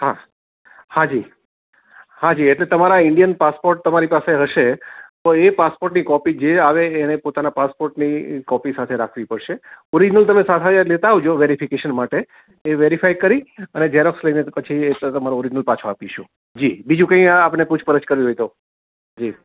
હા હા જી હા જી એટલે તમારા ઇન્ડિયન પાસપોર્ટ તમારી પાસે હશે તો એ પાસપોર્ટની કોપી જે આવે એને પોતાના પાસપોર્ટની કોપી સાથે રાખવી પડશે ઓરિજિનલ તમે સાથે લેતા આવજો વેરિફિકેશન માટે એ વેરિફાઇ કરી અને ઝેરોક્ષ લઈને પછી તમારો ઓરિજિનલ પાછો આપીશું જી બીજું કંઈ આપને પૂછપરછ કરવી હોય તો જી